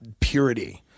purity